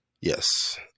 Yes